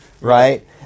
right